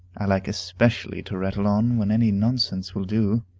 i like especially to rattle on when any nonsense will do.